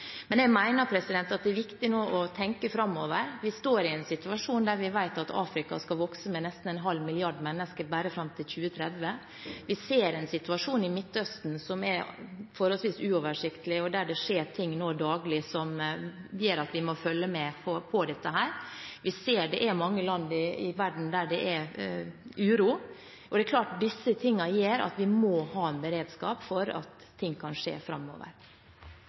men valgte likevel å komme til Norge og søke asyl. Så det er nok forskjellige historier som ligger bak de tallene som vi her har. Jeg mener at det nå er viktig å tenke framover. Vi står i en situasjon der vi vet at Afrika skal vokse med nesten en halv milliard mennesker bare fram til 2030. Vi ser en situasjon i Midtøsten som er forholdsvis uoversiktlig, og hvor det skjer ting daglig som gjør at vi må følge med på dette. Vi ser at det er mange land i verden der det er uro. Dette gjør at vi må ha en beredskap for